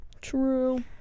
True